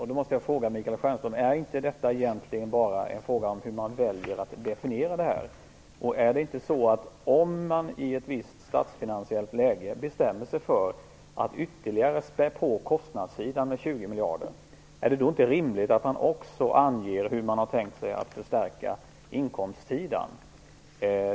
Jag måste fråga Michael Stjernström: Är inte detta egentligen bara en fråga om hur man väljer att definiera detta? Om man i ett visst statsfinansiellt läge bestämmer sig för att ytterligare spä på kostnadssidan med 20 miljarder, är det då inte rimligt att man också anger hur man har tänkt sig att förstärka inkomstsidan?